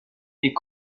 est